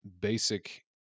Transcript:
basic